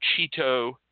Cheeto